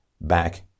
back